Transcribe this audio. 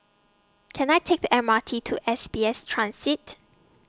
Can I Take The M R T to S B S Transit